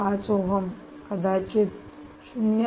5 ohm कदाचित 0